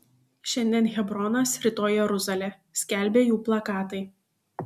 šiandien hebronas rytoj jeruzalė skelbė jų plakatai